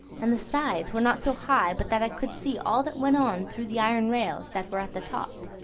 and the sides were not so high but that i could see all that went on through the iron rails that were at the top.